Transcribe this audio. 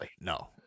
No